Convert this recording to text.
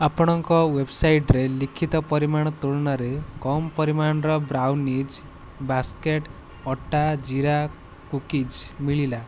ଆପଣଙ୍କ ୱେବ୍ସାଇଟ୍ରେ ଲିଖିତ ପରିମାଣ ତୁଳନାରେ କମ୍ ପରିମାଣର ବ୍ରାଉନିଜ୍ ବାସ୍କେଟ୍ ଅଟା ଜୀରା କୁକିଜ୍ ମିଳିଲା